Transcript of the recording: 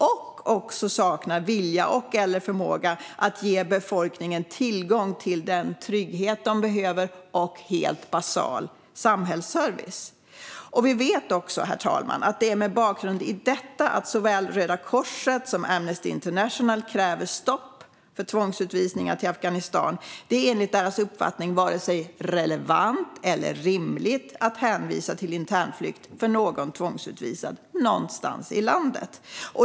Den saknar också vilja och/eller förmåga att ge befolkningen tillgång till den trygghet de behöver och till basal samhällsservice. Herr ålderspresident! Vi vet att det är mot bakgrund av detta som såväl Röda Korset som Amnesty International kräver stopp för tvångsutvisningar till Afghanistan. Det är enligt deras uppfattning varken relevant eller rimligt att hänvisa till internflykt för någon tvångsutvisad någonstans i landet.